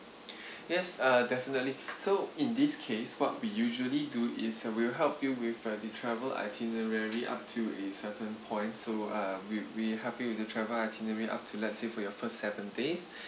yes uh definitely so in this case what we usually do is we'll help you with uh the travel itinerary up to a certain point so uh we we'll help you with your travel itinerary up to let's say for your first seven days